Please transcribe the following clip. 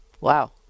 Wow